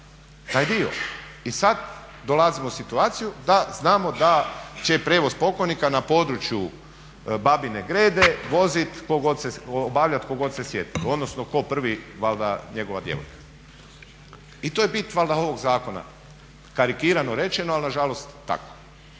taj dio. I sad dolazimo u situaciju da znamo da će prijevoz pokojnika na području Babine Grede voziti, obavljati tko god se sjeti, odnosno tko prvi valjda njegova djevojka. I to je bit valjda ovog zakona, karikirano rečeno ali nažalost tako.